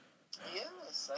Yes